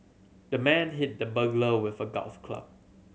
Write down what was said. the man hit the burglar with a golf club